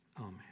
Amen